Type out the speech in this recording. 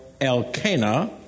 Elkanah